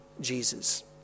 Jesus